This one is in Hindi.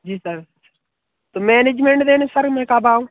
जी सर तो मैनेजमेंट देने सर मैं कब आऊँ